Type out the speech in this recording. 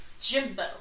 Jimbo